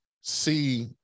see